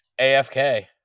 AFK